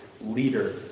leader